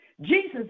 Jesus